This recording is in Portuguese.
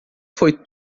foi